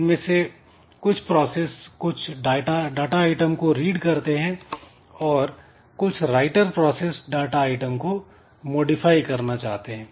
इनमें से कुछ प्रोसेस कुछ डाटा आइटम को रीड करते हैं और कुछ राइटर प्रोसेस डाटा आइटम को मॉडिफाई करना चाहते हैं